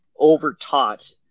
overtaught